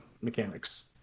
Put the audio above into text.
mechanics